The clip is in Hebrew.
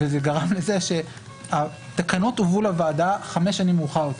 זה גרם לזה שהתקנות הובאו לוועדה חמש שנים מאוחר יותר.